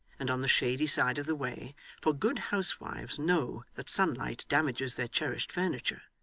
and on the shady side of the way for good housewives know that sunlight damages their cherished furniture,